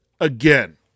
again